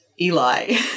eli